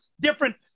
different